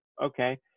okay